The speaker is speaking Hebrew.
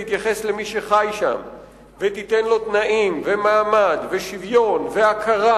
תתייחס למי שחי שם ותיתן לו תנאים ומעמד ושוויון והכרה.